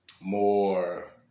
more